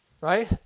right